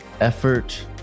effort